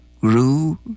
grew